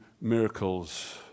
miracles